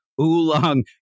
Oolong